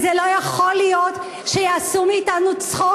לא יכול להיות שיעשו מאתנו צחוק.